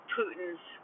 Putin's